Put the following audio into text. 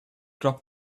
drop